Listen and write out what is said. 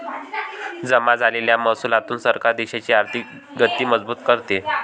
जमा झालेल्या महसुलातून सरकार देशाची आर्थिक गती मजबूत करते